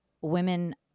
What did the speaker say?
Women